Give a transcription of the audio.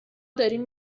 داریم